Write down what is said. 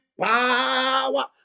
power